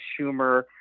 Schumer